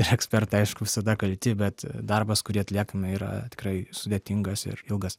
ir ekspertai aišku visada kalti bet darbas kurį atliekame yra tikrai sudėtingas ir ilgas